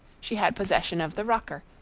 she had possession of the rocker,